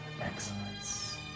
excellence